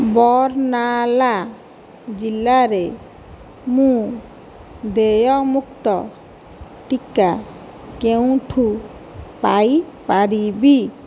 ବର୍ଣ୍ଣାଲା ଜିଲ୍ଲାରେ ମୁଁ ଦେୟମୁକ୍ତ ଟିକା କେଉଁଠୁ ପାଇ ପାରିବି